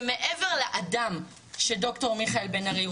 ומעבר לאדם שד"ר מיכאל בן ארי,